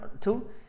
two